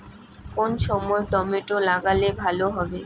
কোন সময় টমেটো লাগালে ভালো হবে?